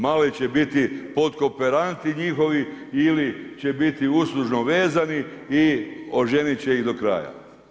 Mali će biti podkooperanti njihovi ili će biti uslužno vezani i oženit će ih do kraja.